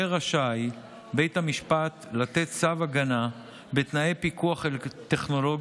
רשאי בית המשפט לתת צו הגנה בתנאי פיקוח טכנולוגי.